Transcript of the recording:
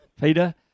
peter